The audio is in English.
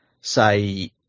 say